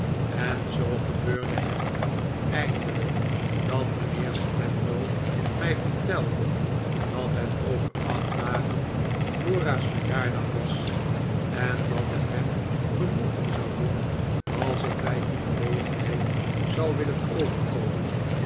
en zoo gebeurde het eindelijk dat mijnheer spenlow mij vertelde dat het over acht dagen dora's verjaardag was en dat het hem genoegen zou doen als ik bij die gelepenheid zou willen overkomen